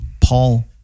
Paul